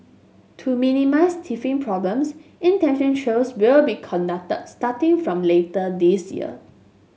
to minimise teething problems trials will be conducted starting from later this year